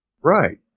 Right